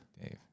Dave